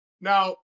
Now